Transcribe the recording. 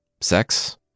sex